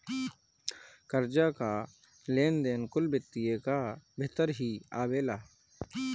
कर्जा कअ लेन देन कुल वित्त कअ भितर ही आवेला